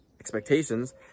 expectations